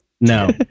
No